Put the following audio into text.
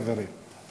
חברים,